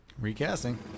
Recasting